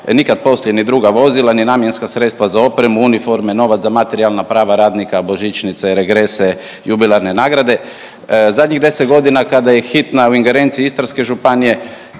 nikad poslije ni druga vozila ni namjenske sredstva za opremu, uniforme, novac za materijalna prava radnika, božićnice, regrese, jubilarne nagrade. Zadnjih 10 godina kada je hitna u ingerenciji Istarske županije